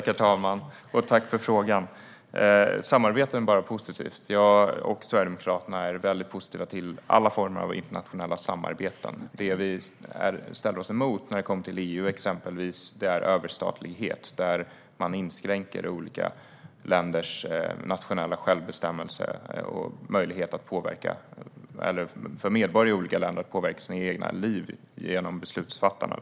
Herr talman! Samarbeten är bara positivt. Jag och Sverigedemokraterna är positiva till alla former av internationella samarbeten. Det vi motsätter oss, till exempel när det gäller EU, är överstatlighet som inskränker ländernas nationella självbestämmande och medborgarnas möjlighet att påverka sina liv genom beslutsfattarna.